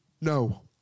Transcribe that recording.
No